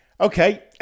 Okay